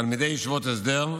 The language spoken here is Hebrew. תלמידי ישיבות הסדר,